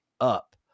up